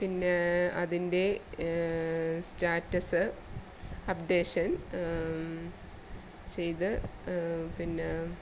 പിന്നെ അതിൻ്റെ status updation ചെയ്ത് പിന്നെ